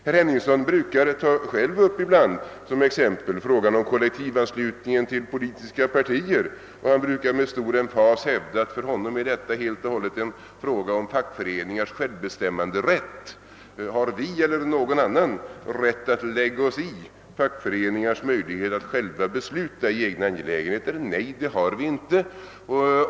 Herr Henningsson brukar själv ibland ta som exempel kollektivanslutningen till politiska partier, och han brukar med stor emfas hävda att det för honom helt och hållet är en fråga om fackföreningars självbestämmanderätt. Har vi eller några andra rätt att lägga oss i fackföreningars möjlighet att själva besluta i egna angelägenheter? Nej, det har vi inte.